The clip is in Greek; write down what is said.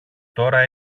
τώρα